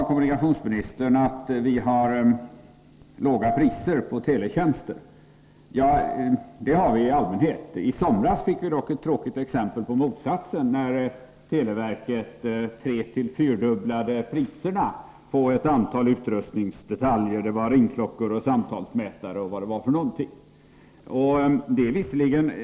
Kommunikationsministern sade vidare att vi har låga priser på teletjänster. Ja, det har vi i allmänhet. I somras fick vi dock ett tråkigt exempel på motsatsen, när televerket treeller fyrdubblade priserna på ett antal utrustningsdetaljer — ringklockor, samtalsmätare och allt vad det var.